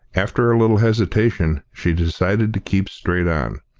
after a little hesitation, she decided to keep straight on.